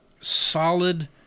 solid